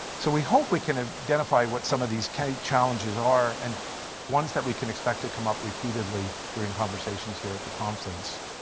so we hope we can identify what some of these challenges are, and once that we can expect to come up repeatedly during conversations here at the conference.